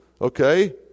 okay